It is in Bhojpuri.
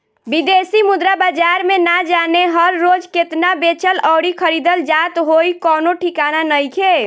बिदेशी मुद्रा बाजार में ना जाने हर रोज़ केतना बेचल अउरी खरीदल जात होइ कवनो ठिकाना नइखे